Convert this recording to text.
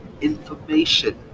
information